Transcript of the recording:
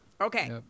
okay